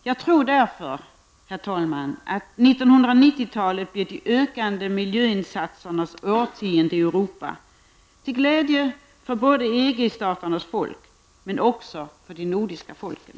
Jag tror därför, herr talman, att 1990-talet blir de ökande miljöinsatsernas årtionde i Europa till glädje för såväl EG-staternas folk som för de nordiska folken.